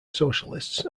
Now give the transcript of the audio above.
socialists